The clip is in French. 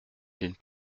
d’une